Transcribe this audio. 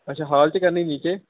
ਅੱਛਾ ਹਾਲ 'ਚ ਕਰਨੀ ਨੀਚੇ